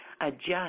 adjust